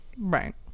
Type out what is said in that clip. right